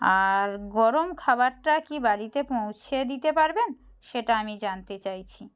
আর গরম খাবারটা কি বাড়িতে পৌঁছিয়ে দিতে পারবেন সেটা আমি জানতে চাইছি